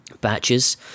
batches